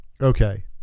Okay